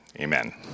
Amen